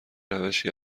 روشی